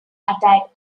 attack